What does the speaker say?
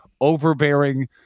overbearing